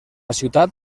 ciutat